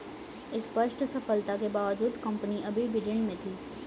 स्पष्ट सफलता के बावजूद कंपनी अभी भी ऋण में थी